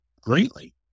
greatly